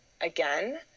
again